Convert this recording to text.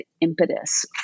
impetus